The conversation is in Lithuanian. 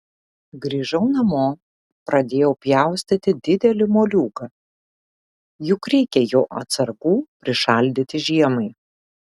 grįžau namo pradėjau pjaustyti didelį moliūgą juk reikia jo atsargų prišaldyti žiemai